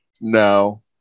No